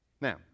Now